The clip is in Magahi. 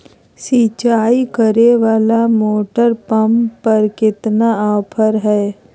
सिंचाई करे वाला मोटर पंप पर कितना ऑफर हाय?